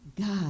God